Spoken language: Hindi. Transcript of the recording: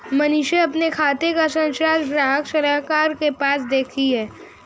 मनीषा अपने खाते का सारांश ग्राहक सलाहकार के पास से देखी